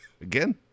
Again